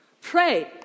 pray